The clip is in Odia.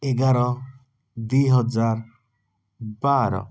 ଏଗାର ଦୁଇହଜାର ବାର